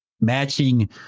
matching